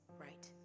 right